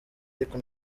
ariko